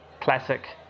classic